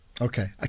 Okay